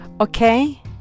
Okay